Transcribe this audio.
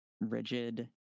rigid